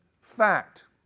Fact